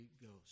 Ghost